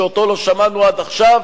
שאותו לא שמענו עד עכשיו,